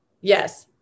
Yes